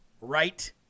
right